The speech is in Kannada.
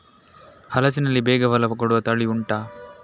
ಹಲಸಿನಲ್ಲಿ ಬೇಗ ಫಲ ಕೊಡುವ ತಳಿ ಉಂಟಾ